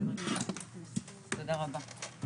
תודה רבה.